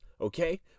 okay